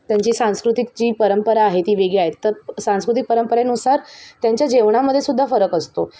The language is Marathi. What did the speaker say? त्यांची सांस्कृतिक जी परंपरा आहे ती वेगळी आहेत तर सांस्कृतिक परंपरेनुसार त्यांच्या जेवणामध्येसुद्धा फरक असतो